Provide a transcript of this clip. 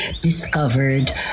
Discovered